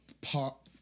pop